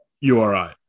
URI